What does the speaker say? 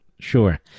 Sure